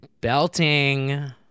belting